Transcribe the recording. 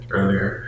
Earlier